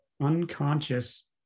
unconscious